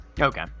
Okay